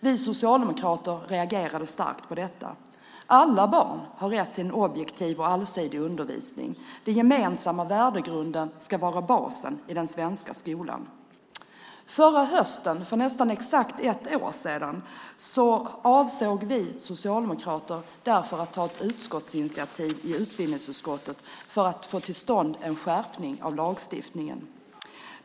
Vi socialdemokrater reagerade starkt på detta. Alla barn har rätt till en objektiv och allsidig undervisning. Den gemensamma värdegrunden ska vara basen i den svenska skolan. Förra hösten, för nästan exakt ett år sedan, avsåg vi socialdemokrater därför att ta ett utskottsinitiativ i utbildningsutskottet för att få till stånd en skärpning av lagstiftningen.